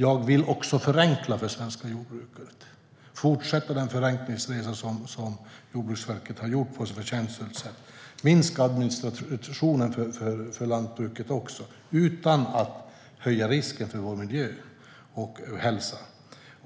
Jag vill också förenkla för det svenska jordbruket, fortsätta den förenklingsresa som Jordbruksverket har gjort på ett så förtjänstfullt sätt och minska administrationen för lantbruket utan att höja risken för vår miljö och hälsa.